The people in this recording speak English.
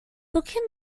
looking